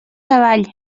savall